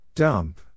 Dump